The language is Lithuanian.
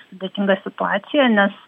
sudėtinga situacija nes